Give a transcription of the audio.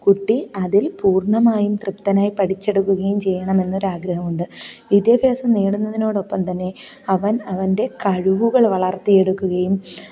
കുട്ടി അതില് പൂര്ണ്ണമായും തൃപ്തനായി പഠിച്ചെടുക്കുകയും ചെയ്യണം എന്നൊരു ആഗ്രഹമുണ്ട് വിദ്യാഭ്യാസം നേടുന്നതിനോടൊപ്പം തന്നെ അവന് അവന്റെ കഴിവുകൾ വളര്ത്തിയെടുക്കുകയും